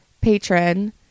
patron